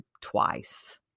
twice